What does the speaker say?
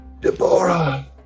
Deborah